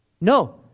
No